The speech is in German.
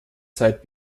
zeit